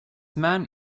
man